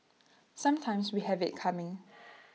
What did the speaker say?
sometimes we have IT coming